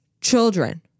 children